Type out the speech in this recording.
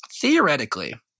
theoretically—